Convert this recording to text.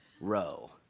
row